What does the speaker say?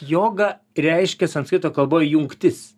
joga reiškia sanskrito kalboj jungtis